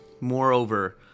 moreover